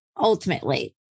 ultimately